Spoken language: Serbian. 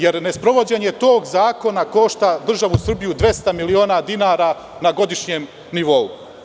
Nesprovođenje tog zakona košta državu Srbiju 200 miliona dinara na godišnjem nivou.